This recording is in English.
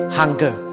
hunger